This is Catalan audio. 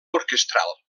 orquestral